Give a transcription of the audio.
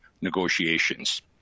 negotiations